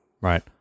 Right